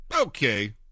okay